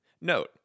Note